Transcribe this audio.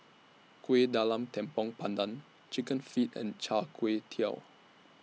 Kuih Talam Tepong Pandan Chicken Feet and Char Kway Teow